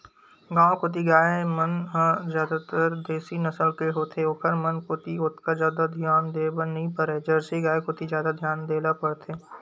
गांव कोती गाय मन ह जादातर देसी नसल के होथे ओखर मन कोती ओतका जादा धियान देय बर नइ परय जरसी गाय कोती जादा धियान देय ल परथे